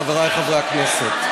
חברי חברי הכנסת,